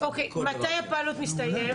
מתי הפיילוט מסתיים?